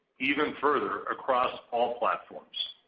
even further across all platforms.